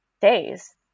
days